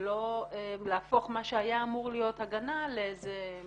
ולא להפוך מה שהיה אמור להיות הגנה לכלוב.